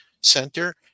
center